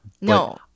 no